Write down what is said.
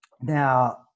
Now